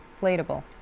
inflatable